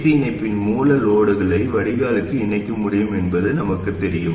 ac இணைப்பின் மூலம் லோடுகளை வடிகால்க்கு இணைக்க முடியும் என்பது நமக்குத் தெரியும்